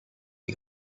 you